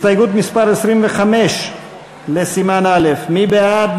הסתייגות מס' 25 לסימן א' מי בעד?